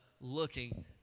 looking